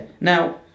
Now